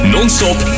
Non-stop